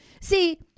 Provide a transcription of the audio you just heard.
See